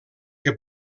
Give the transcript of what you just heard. que